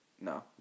No